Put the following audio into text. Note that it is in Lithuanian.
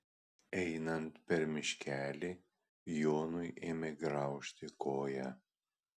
einant per miškelį jonui ėmė graužti koją